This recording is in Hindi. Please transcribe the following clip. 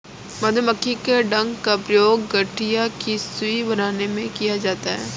मधुमक्खी के डंक का प्रयोग गठिया की सुई बनाने में किया जाता है